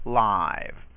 live